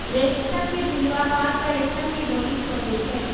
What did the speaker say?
रेशम के पिलुआ पात पर रेशम के डोरी छोर देई छै